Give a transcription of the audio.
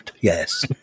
Yes